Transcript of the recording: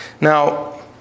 Now